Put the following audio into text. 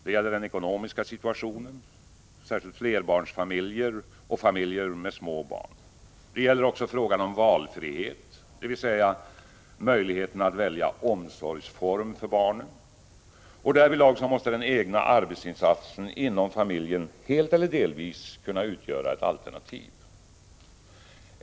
Det gäller den ekonomiska situationen — särskilt för flerbarnsfamiljer och familjer med små barn. Det gäller också frågan om valfrihet, dvs. möjligheten att välja omsorgsform för barnen. Därvidlag måste den egna arbetsinsatsen inom familjen helt eller delvis kunna utgöra ett alternativ.